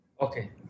Okay